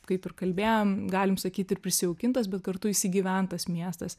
kaip ir kalbėjom galim sakyt ir prisijaukintas bet kartu įsigyventas miestas